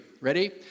Ready